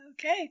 Okay